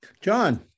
John